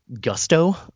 gusto